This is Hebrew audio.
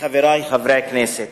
חברי חברי הכנסת,